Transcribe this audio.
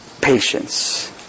patience